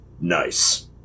Nice